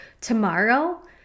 tomorrow